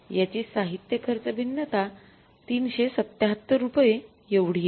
याची साहित्य खर्च भिन्नता ३७७ रुपये एवढी आहे